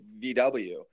VW